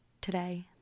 today